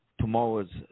tomorrow's